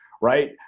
right